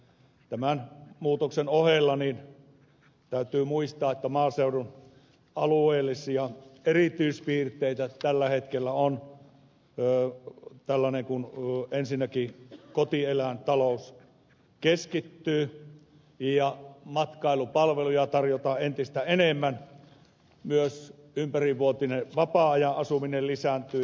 tämän muutoksen ohella täytyy muistaa että maaseudun alueellisia erityispiirteitä tällä hetkellä ensinnäkin on että kotieläintalous keskittyy ja matkailupalveluja tarjotaan entistä enemmän myös ympärivuotinen vapaa ajanasuminen lisääntyy